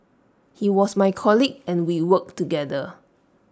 he was my colleague and we worked together